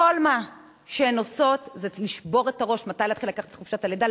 כל מה שהן עושות זה לשבור את הראש מתי להתחיל לקחת חופשת לידה,